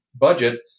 budget